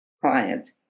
client